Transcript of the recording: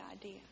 idea